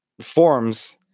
forms